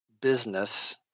Business